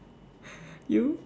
you